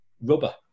rubber